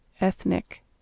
Ethnic